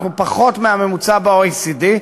אנחנו פחות מהממוצע ב-OECD.